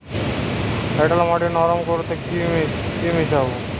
এঁটেল মাটি নরম করতে কি মিশাব?